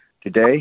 Today